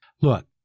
Look